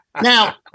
Now